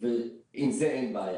ועם זה אין בעיה.